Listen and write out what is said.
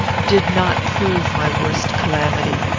did not prove my worst calamity.